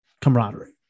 camaraderie